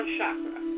Chakra